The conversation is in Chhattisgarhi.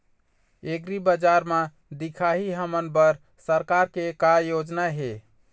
एग्रीबजार म दिखाही हमन बर सरकार के का योजना हे?